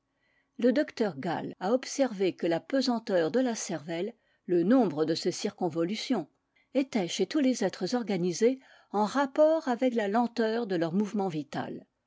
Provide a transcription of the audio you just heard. le docteur gall a observé que la pesanteur de la cervelle le nombre de ses circonvolutions étaient chez tous les êtres organisés en rapport avec la lenteur de leur mouvement vital